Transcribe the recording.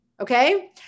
okay